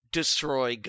destroy